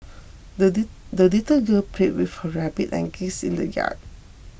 the the little girl played with her rabbit and geese in the yard